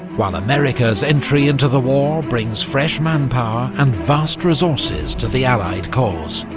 while america's entry into the war brings fresh manpower and vast resources to the allied cause.